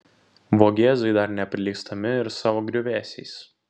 vogėzai dar neprilygstami ir savo griuvėsiais